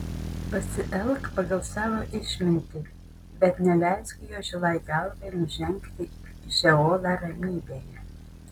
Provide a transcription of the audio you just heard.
pasielk pagal savo išmintį bet neleisk jo žilai galvai nužengti į šeolą ramybėje